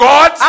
God